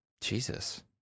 Jesus